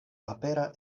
papera